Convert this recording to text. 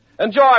Enjoy